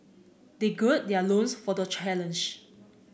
they gird their loins for the challenge